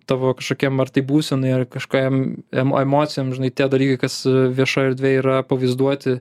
tavo kažkokiam ar tai būsenai ar kažkam emocijom žinai tie dalykai kas viešoj erdvėj yra pavaizduoti